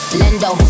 lendo